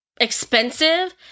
expensive